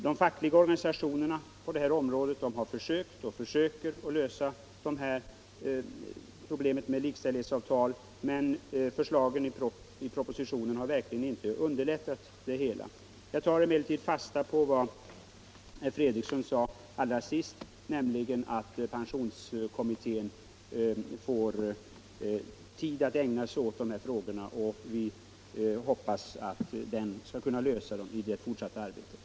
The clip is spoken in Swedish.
De fackliga organisationerna på området har försökt och fortsätter att försöka lösa problemet med likställighetsavtal, men propositionsförslaget har verkligen inte underlättat det arbetet. Jag tar emellertid fasta på vad herr Fredriksson sade allra sist, när han instämde i min förhoppning att pensionskommittén skulle ägna sig åt dessa frågor och försöka finna någon lösning.